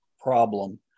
problem